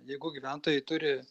jeigu gyventojai turi